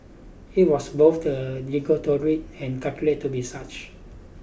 it was both the derogatory and calculate to be such